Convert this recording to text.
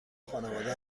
خانواده